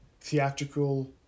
theatrical